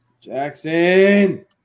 Jackson